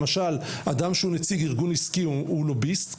למשל אדם שהוא נציג ארגון עסקי הוא לוביסט,